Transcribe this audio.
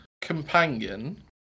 companion